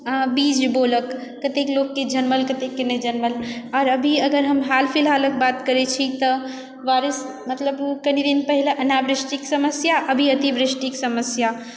आ बीज बोलक कतेक लोककेँ जनमल कतेक नहि जनमल आओर अभी हम अगर हाल फिलहालक बात करय छी तऽ बारिश मतलब कनि दिन पहिने अनावृष्टिके समस्या अभी अतिवृष्टिके समस्या